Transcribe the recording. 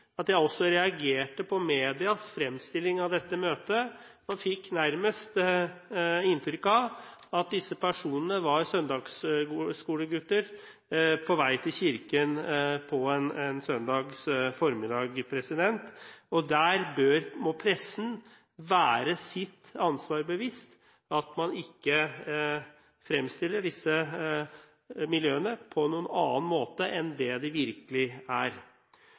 samlinger. Jeg vil også si at jeg reagerte på medias fremstilling av dette møtet. Man fikk nærmest inntrykk av at disse personene var søndagsskolegutter på vei til kirken en søndag formiddag. Pressen må være seg sitt ansvar bevisst, slik at man ikke fremstiller disse miljøene på noen annen måte enn slik de virkelig er.